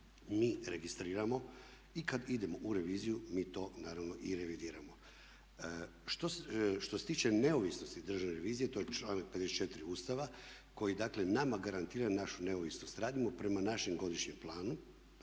mi registriramo i kad idemo u reviziju mi to naravno i revidiramo. Što se tiče neovisnosti Državne revizije to je članak 54. Ustava koji dakle nama garantira našu neovisnost. Radimo prema našem godišnjem planu.